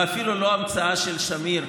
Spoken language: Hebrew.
ואפילו לא המצאה של שמיר,